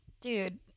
dude